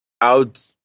Out